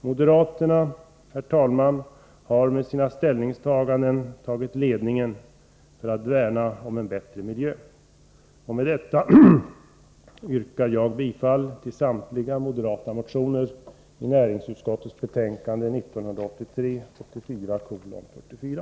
Moderaterna har, herr talman, genom sina ställningstaganden tagit ledningen för att värna om en bättre miljö. Med dessa ord yrkar jag bifall till samtliga moderata motioner som behandlas i näringsutskottets betänkande 44.